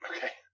Okay